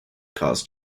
cause